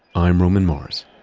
i'm roman mars